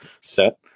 set